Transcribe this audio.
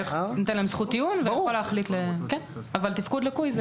אבל תפקוד לקוי.